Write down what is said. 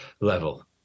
level